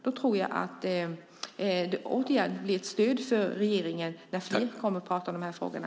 Då tror jag att det återigen blir ett stöd för regeringen när flera pratar om frågorna.